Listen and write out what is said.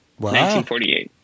1948